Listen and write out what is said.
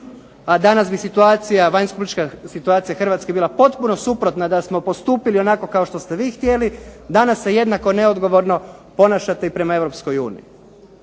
situacija, vanjsko-politička situacija Hrvatske bila potpuno suprotna da smo postupili onako kao što ste vi htjeli, danas se jednako neodgovorno ponašate i prema Europskoj uniji.